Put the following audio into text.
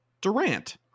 Durant